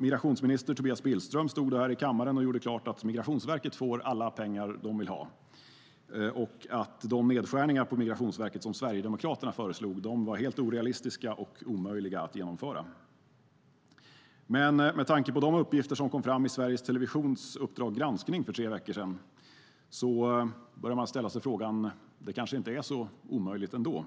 Migrationsminister Tobias Billström stod då här i kammaren och gjorde klart att Migrationsverket får alla pengar det vill ha. De nedskärningar på Migrationsverket som Sverigedemokraterna föreslog var helt orealistiska och omöjliga att genomföra. Med tanke på de uppgifter som kom fram i Sveriges Televisions Uppdrag granskning för tre veckor sedan börjar man ställa sig frågan om det kanske inte är så omöjligt ändå.